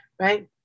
right